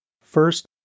First